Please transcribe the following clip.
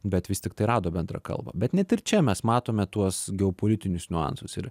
bet vis tiktai rado bendrą kalbą bet net ir čia mes matome tuos geopolitinius niuansus ir